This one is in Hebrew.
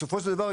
בסופו של דבר,